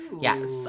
Yes